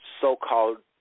so-called